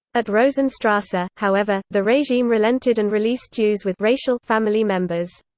at rosenstrasse, ah however, the regime relented and released jews with racial family members.